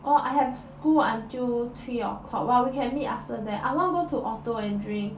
orh I have school until three o'clock but we can meet after that I want go to orto and drink